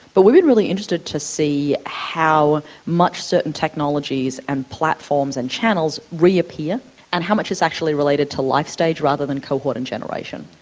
but we've been really interested to see how much certain technologies and platforms and channels reappear and how much is actually related to life-stage rather than cohort and generation,